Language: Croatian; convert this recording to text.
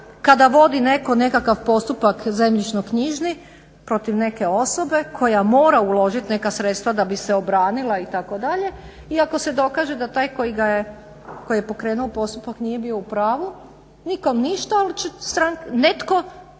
kada vodi netko nekakav postupak zemljišno-knjižni protiv neke osobe koja mora uložiti neka sredstva da bi se obranila itd., i ako se dokaže da taj koji je pokrenuo postupak nije bio u pravu nikom ništa, ali će netko